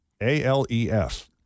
A-L-E-F